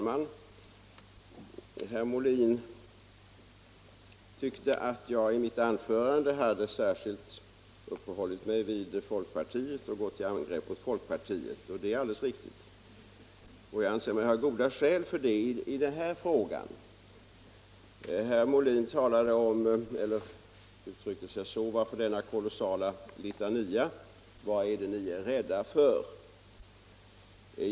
Varför denna kolossala litania? Vad är det ni är rädda för?